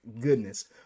goodness